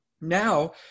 Now